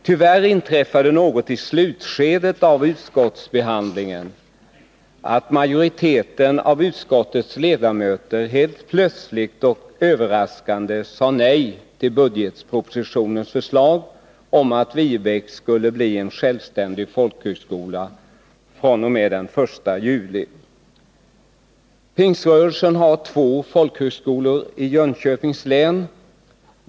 Tyvärr inträffade i slutskedet av utskottsbehandlingen att majoriteten av utskottets ledmöter helt plötsligt och överraskande sade nej till budgetpropositionens förslag om att Viebäck skulle bli en självständig folkhögskola från den 1 juli. Pingströrelsen har två folkhögskolor i Jönköpings län.